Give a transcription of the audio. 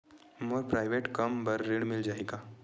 मोर private कम बर ऋण मिल जाही का?